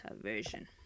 version